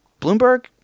Bloomberg